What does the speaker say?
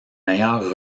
meilleures